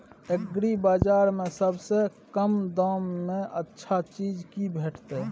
एग्रीबाजार में सबसे कम दाम में अच्छा चीज की भेटत?